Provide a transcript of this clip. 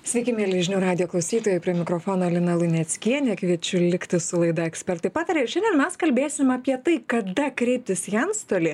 sveiki mieli žinių radijo klausytojai prie mikrofono lina luneckienė kviečiu likti su laida ekspertai pataria ir šiandien mes kalbėsim apie tai kada kreiptis į antstolį